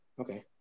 Okay